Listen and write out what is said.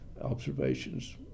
observations